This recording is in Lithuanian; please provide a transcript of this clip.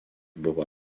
buvo